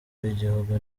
w’igihugu